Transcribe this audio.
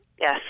Yes